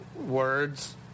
words